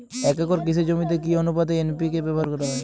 এক একর কৃষি জমিতে কি আনুপাতে এন.পি.কে ব্যবহার করা হয়?